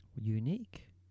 unique